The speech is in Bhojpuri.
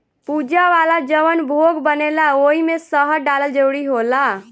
पूजा वाला जवन भोग बनेला ओइमे शहद डालल जरूरी होला